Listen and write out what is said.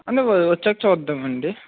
నువ్వు వచ్చాక చూద్దాము అండి